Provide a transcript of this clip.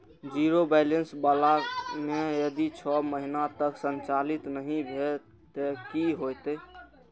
Zero balance बाला खाता में यदि छः महीना तक संचालित नहीं भेल ते कि होयत?